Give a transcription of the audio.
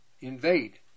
invade